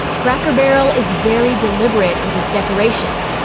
cracker barrel is very deliberate with its decorations.